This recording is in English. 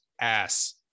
ass